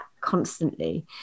constantly